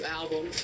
album